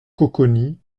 coconi